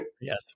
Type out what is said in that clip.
yes